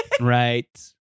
right